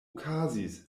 okazis